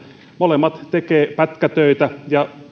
molemmat tekevät pätkätöitä